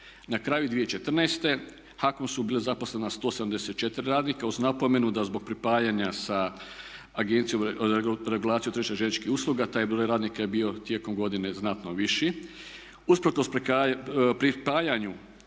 Na kraju 2014.u HAKOM-u su bila zaposlena 174 radnika uz napomenu da zbog pripajanja sa Agencijom regulacije tržišta željezničkih usluga taj broj radnika je bio tijekom godine znatno viši.